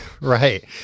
right